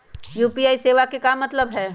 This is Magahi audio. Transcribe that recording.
यू.पी.आई सेवा के का मतलब है?